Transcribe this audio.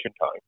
time